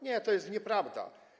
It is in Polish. Nie, to jest nieprawda.